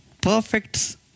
Perfect